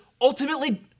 ultimately